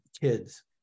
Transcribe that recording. Kids